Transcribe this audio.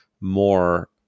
more